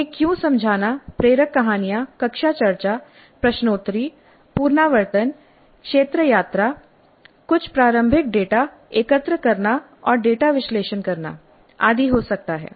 यह क्यों समझाना प्रेरक कहानियां कक्षा चर्चा प्रश्नोत्तरी पुनरावर्तन क्षेत्र यात्रा कुछ प्रारंभिक डेटा एकत्र करना और डेटा विश्लेषण करना आदि हो सकता है